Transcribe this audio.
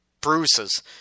bruises